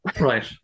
Right